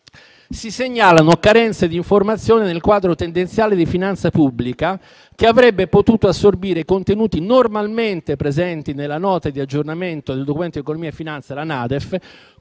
Si segnalano alcune carenze di informazioni nel quadro tendenziale di finanza pubblica, che avrebbe potuto assorbire contenuti normalmente presenti nella Nota di aggiornamento del Documento di economia e finanza, la NADEF,